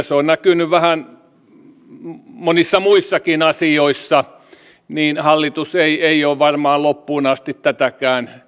se on näkynyt vähän monissa muissakin asioissa niin hallitus ei ei ole varmaan loppuun asti tätäkään